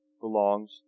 belongs